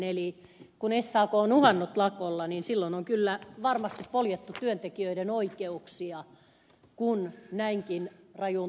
eli kun sak on uhannut lakolla niin silloin on varmaan poljettu työntekijöiden oikeuksia kun näinkin rajuun toimenpiteeseen on menty